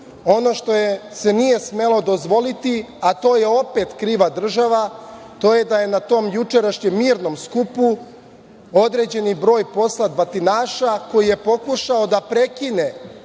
što se nije smelo dozvoliti, a to je opet kriva država, to je da je na tom jučerašnjem mirnom skupu određeni broj poslat batinaša koji je pokušao da prekine